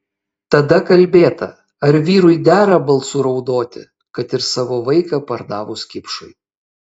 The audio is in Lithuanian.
tada kalbėta ar vyrui dera balsu raudoti kad ir savo vaiką pardavus kipšui